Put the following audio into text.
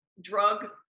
drug